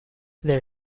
their